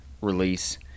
release